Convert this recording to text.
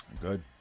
Good